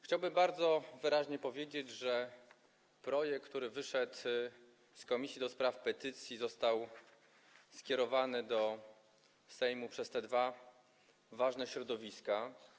Chciałbym bardzo wyraźnie powiedzieć, że projekt, który wyszedł z Komisji do Spraw Petycji, został skierowany do Sejmu przez te dwa ważne środowiska.